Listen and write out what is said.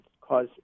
cause